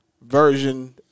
Version